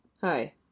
Hi